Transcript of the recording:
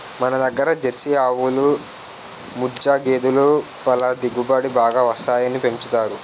మనదగ్గర జెర్సీ ఆవులు, ముఱ్ఱా గేదులు పల దిగుబడి బాగా వస్తాయని పెంచుతారు